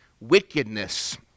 wickedness